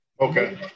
Okay